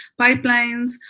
pipelines